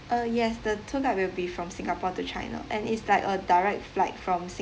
uh yes the tour guide will be from singapore to china and it's like a direct flight from sing~